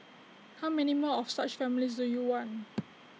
how many more of such families do you want